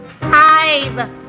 five